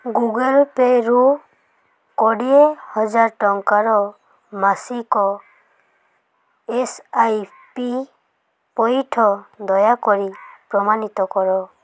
Google ପେ'ରୁ କୋଡ଼ିଏହଜାର ଟଙ୍କାର ମାସିକ ଏସ ଆଇ ପି ପଇଠ ଦୟାକରି ପ୍ରମାଣିତ କର